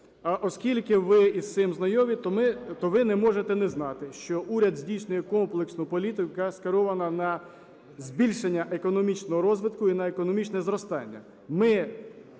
оскільки ви з цим знайомі, то ви не можете не знати, що уряд здійснює комплексну політику, яка скерована на збільшення економічного розвитку і на економічне зростання.